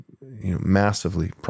massively